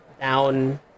down